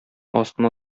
астына